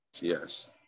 yes